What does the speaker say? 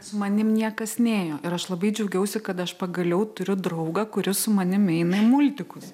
su manimi niekas nėjo ir aš labai džiaugiausi kad aš pagaliau turiu draugą kuris su manim eina į multikus